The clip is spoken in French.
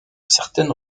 certaine